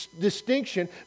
distinction